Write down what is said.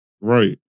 right